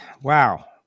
wow